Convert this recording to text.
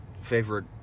favorite